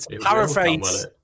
paraphrase